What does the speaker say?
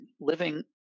living